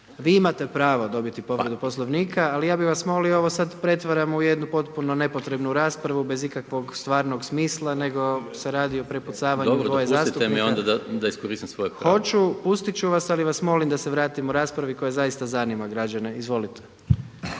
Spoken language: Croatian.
Vi imate pravo dobiti povredu Poslovnika, ali ja bi vas molio ovo sad pretvaramo u jednu potpuno nepotrebnu raspravu bez ikakvog stvarnog smisla, nego se radi o prepucavanju dvoje zastupnika. **Maras, Gordan (SDP)** Dobro dopustite mi onda da iskoristim svoje pravo. **Jandroković, Gordan (HDZ)** Hoću, pustit ću vas ali vas molim da se vratimo raspravi koja zaista zanima građane. Izvolite.